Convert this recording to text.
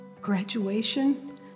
graduation